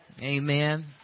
Amen